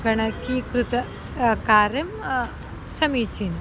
गणकीकृतं कार्यं समीचीनम्